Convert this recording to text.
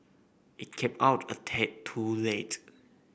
it came out a tad too late